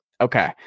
okay